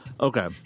Okay